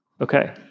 Okay